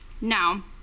now